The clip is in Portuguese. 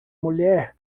mulher